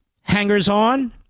hangers-on